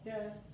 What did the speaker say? Yes